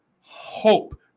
hope